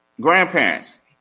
Grandparents